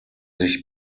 sich